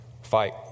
fight